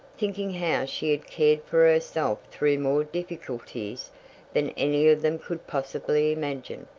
thinking how she had cared for herself through more difficulties than any of them could possibly imagine.